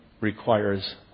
requires